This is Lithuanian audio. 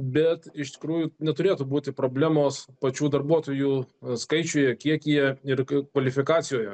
bet iš tikrųjų neturėtų būti problemos pačių darbuotojų skaičiuje kiekyje ir kvalifikacijoje